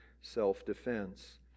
self-defense